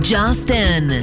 Justin